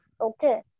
okay